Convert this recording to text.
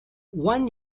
one